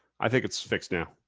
i think it's fixed now.